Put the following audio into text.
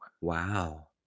Wow